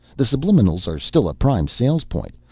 the subliminals are still a prime sales-point.